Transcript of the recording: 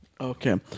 okay